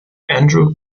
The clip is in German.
andrew